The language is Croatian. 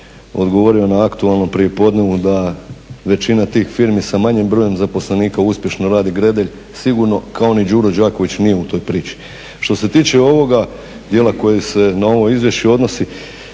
odgovorio na aktualnom prijepodnevu da većina tih firmi sa manjim brojem zaposlenika uspješno radi. Gredelj sigurno kao ni Đuro Đaković nije u toj priči. Što se tiče ovoga dijela koji se na ovo izvješće odnosi,